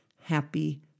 happy